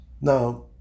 Now